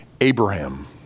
Abraham